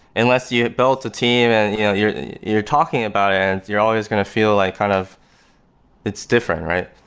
unless, you built a team and you know you're you're talking about it and you're always going to feel like kind of it's different, right?